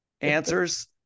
answers